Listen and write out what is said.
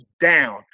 down